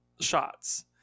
shots